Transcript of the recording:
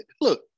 look